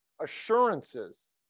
assurances